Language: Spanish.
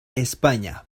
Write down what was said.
españa